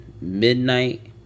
midnight